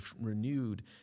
renewed